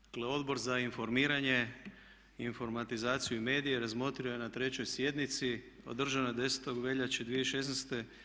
Dakle Odbor za informiranje, informatizaciju i medije razmotrio je na 3. sjednici održanoj 10. veljače 2016.